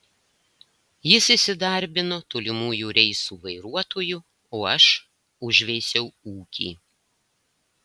jis įsidarbino tolimųjų reisų vairuotoju o aš užveisiau ūkį